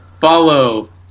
Follow